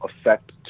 affect